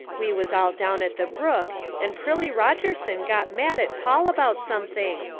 we was all down at the brook and prillie rogerson got mad at paul about something.